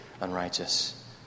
unrighteous